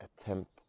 attempt